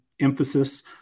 emphasis